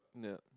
yeah